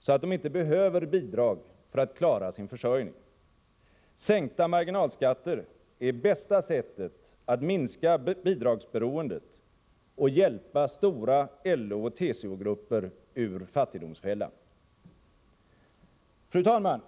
så att de inte behöver bidrag för att klara sin försörjning. Sänkta marginalskatter är bästa sättet att minska bidragsbe roendet och hjälpa stora LO och TCO-grupper ur fattigdomsfällan. Fru talman!